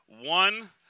One